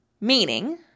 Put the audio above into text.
Meaning